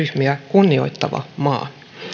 kunnioittava maa